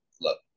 Look